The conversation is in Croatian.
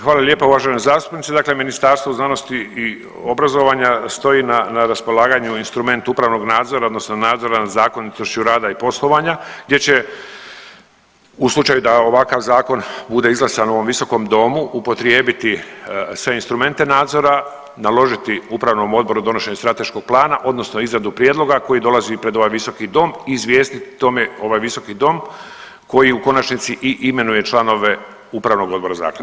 Hvala lijepo uvažena zastupnice, dakle Ministarstvo znanosti i obrazovanja stoji na raspolaganju instrument upravnog nadzora odnosna nadzora nad zakonitošću rada i poslovanja gdje će u slučaju da ovakav zakon bude izglasan u ovom visokom domu upotrijebiti sve instrumente nadzora, naložiti upravnom odboru donošenje strateškog plana odnosno izradu prijedloga koji dolazi pred ovaj visoki dom, izvijestiti o tome ovaj visoki dom koji u konačnici i imenuje članove upravnog odbora zaklade.